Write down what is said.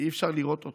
ואי-אפשר לראות אותו.